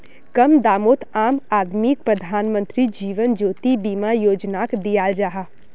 कम दामोत आम आदमीक प्रधानमंत्री जीवन ज्योति बीमा योजनाक दियाल जाहा